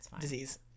Disease